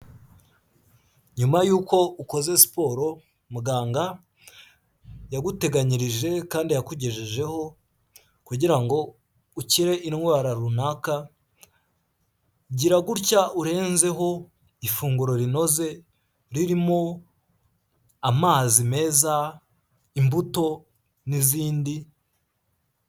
Nyuma y'uko ukoze siporo muganga yaguteganyirije kandi yakugejejeho kugira ngo ukire indwara runaka, gira gutya urenzeho ifunguro rinoze ririmo amazi meza, imbuto, n'izindi,...